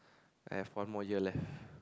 I have one more year left